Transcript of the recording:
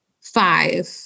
five